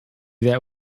that